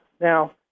now